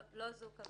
לא זאת הכוונה.